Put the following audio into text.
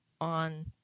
on